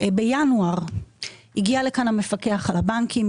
בינואר הגיע לכאן המפקח על הבנקים,